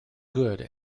good